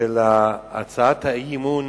של הצעת האי-אמון